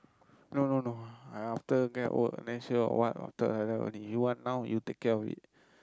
no no no I after go and work then still got what after like that only you want now you take care of it